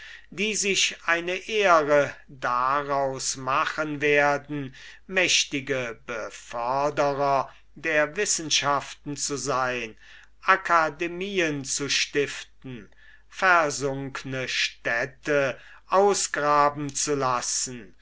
philosophischheroischen alters eine ehre daraus machen werden mächtige beförderer der wissenschaften zu sein akademien zu stiften versunkne städte ausgraben zu lassen